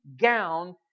gown